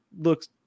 Looks